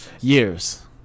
Years